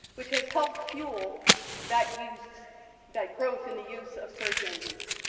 which has helped fuel that use that growth in the use of search engines.